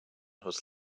was